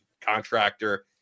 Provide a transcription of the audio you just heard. contractor